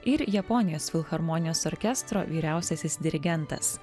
ir japonijos filharmonijos orkestro vyriausiasis dirigentas